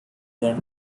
then